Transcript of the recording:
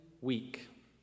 week